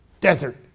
desert